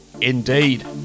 Indeed